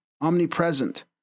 omnipresent